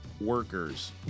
workers